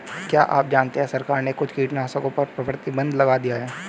क्या आप जानते है सरकार ने कुछ कीटनाशकों पर प्रतिबंध लगा दिया है?